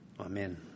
Amen